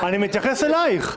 אני מתייחס אליך,